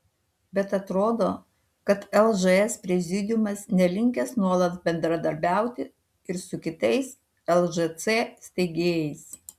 bet atrodo kad lžs prezidiumas nelinkęs nuolat bendradarbiauti ir su kitais lžc steigėjais